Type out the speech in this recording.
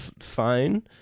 fine